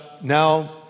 now